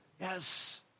Yes